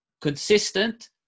consistent